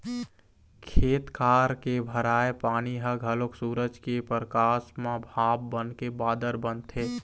खेत खार के भराए पानी ह घलोक सूरज के परकास म भाप बनके बादर बनथे